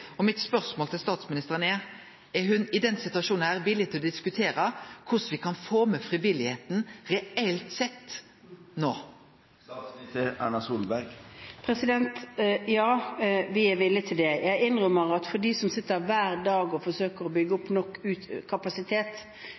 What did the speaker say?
til statsministeren er: Er ho i denne situasjonen villig til å diskutere korleis me no kan få med frivilligheita, reelt sett? Ja, vi er villig til det. Jeg innrømmer at for dem i UDI og i mottakssystemet som hver dag forsøker å bygge opp nok kapasitet